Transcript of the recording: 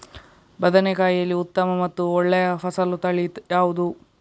ಬದನೆಕಾಯಿಯಲ್ಲಿ ಉತ್ತಮ ಮತ್ತು ಒಳ್ಳೆಯ ಫಸಲು ತಳಿ ಯಾವ್ದು?